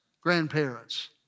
grandparents